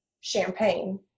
champagne